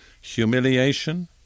Humiliation